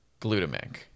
glutamic